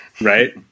Right